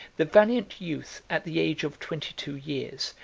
the valiant youth, at the age of twenty-two years,